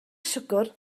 siwgr